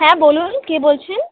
হ্যাঁ বলুন কে বলছেন